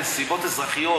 בנסיבות אזרחיות.